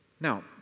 Now